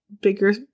bigger